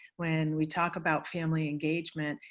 when we talk about family engagement,